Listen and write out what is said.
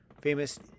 famous